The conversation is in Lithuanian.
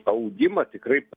augimą tikrai